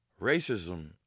Racism